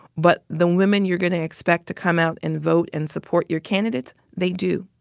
but the women you're going to expect to come out and vote and support your candidates, they do.